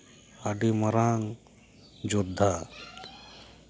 ᱟᱹᱰᱤ ᱢᱟᱨᱟᱝ ᱡᱳᱫᱽᱫᱷᱟ